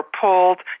pulled